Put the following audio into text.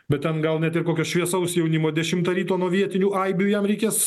bet ten gal net ir kokio šviesaus jaunimo dešimtą ryto nuo vietinių aibių jam reikės